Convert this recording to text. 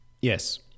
Yes